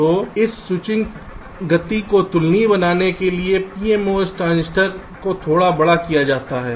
तो इस स्विचिंग गति को तुलनीय बनाने के लिए pMOS ट्रांजिस्टर को थोड़ा बड़ा किया जाता है